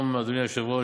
אדוני היושב-ראש,